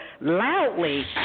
loudly